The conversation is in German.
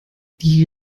die